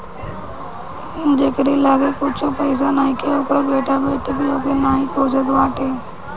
जेकरी लगे कुछु पईसा नईखे ओकर बेटा बेटी भी ओके नाही पूछत बाटे